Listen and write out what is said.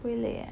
不会累啊